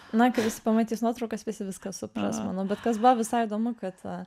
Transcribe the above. na kai visi pamatys nuotraukas visi viską supras manau bet kas buvo visai įdomu kad